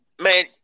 Man